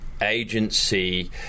agency